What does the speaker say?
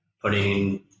putting